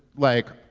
like,